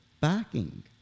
backing